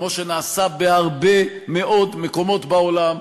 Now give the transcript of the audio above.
כמו שנעשה בהרבה מאוד מקומות בעולם,